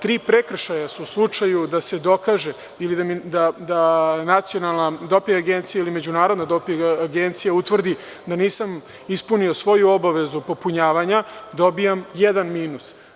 Tri prekršaja su u slučaju da se dokaže ili da Nacionalna doping agencija ili Međunarodna doping agencija utvrdi da nisam ispunio svoju obavezu popunjavanja dobijam jedan minus.